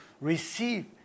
receive